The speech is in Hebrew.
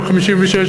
ב-56',